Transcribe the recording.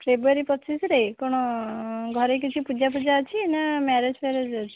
ଫ୍ରେବୃଆରୀ ପଚିଶରେ କ'ଣ ଘରେ କିଛି ପୂଜା ଫୁଜା ଅଛି ନାଁ କ'ଣ ମ୍ୟାରେଜ୍ ଫ୍ୟାରେଜ୍ ଅଛି